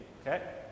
okay